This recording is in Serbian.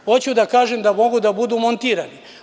Hoću da kažem da mogu da budu montirani.